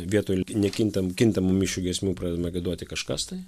vietoj nekintam kintamų mišių giesmių pradedama duoti kažkas tai